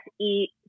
eat